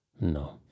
No